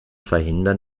verhindern